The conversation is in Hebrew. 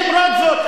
למרות זאת,